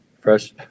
fresh